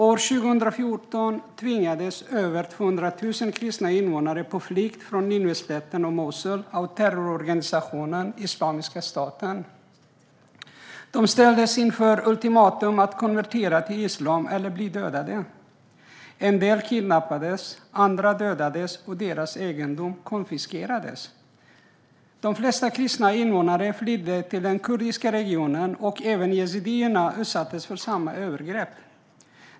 År 2014 tvingades över 200 000 kristna invånare på flykt från Nineveslätten och Mosul av terrororganisationen Islamiska staten. De ställdes inför ultimatum: att konvertera till islam eller bli dödade. En del kidnappades. Andra dödades, och deras egendom konfiskerades. De flesta kristna invånare flydde till den kurdiska regionen, och även yazidierna utsattes för samma övergrepp.